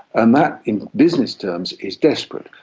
and that in business terms is desperate.